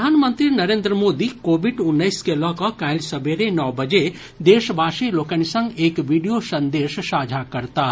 प्रधानमंत्री नरेंद्र मोदी कोविड उन्नैस के लऽ कऽ काल्हि सबेरे नओ बजे देशवासी लोकनि संग एक वीडियो संदेश साझा करताह